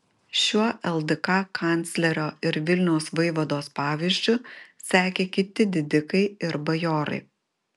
šiuo ldk kanclerio ir vilniaus vaivados pavyzdžiu sekė kiti didikai ir bajorai